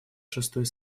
шестой